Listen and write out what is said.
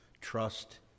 trust